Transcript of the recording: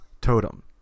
totem